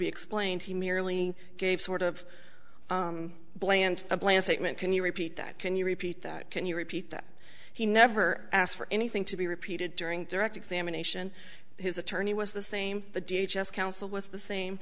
be explained he merely gave sort of bland a bland statement can you repeat that can you repeat that can you repeat that he never asked for anything to be repeated during direct examination his attorney was the same the council was the same